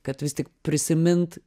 kad vis tik prisimint